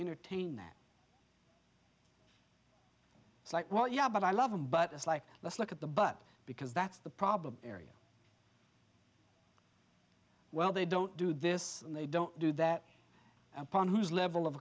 entertain that it's like well yeah but i love him but it's like let's look at the but because that's the problem area well they don't do this and they don't do that upon whose level of